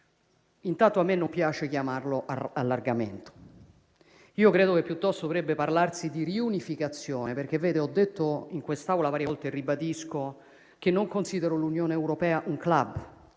Intanto a me non piace chiamarlo allargamento. Io credo che piuttosto dovrebbe parlarsi di riunificazione, perché in quest'Aula ho detto varie volte - e lo ribadisco - che non considero l'Unione europea un *club*.